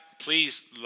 Please